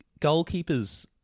goalkeepers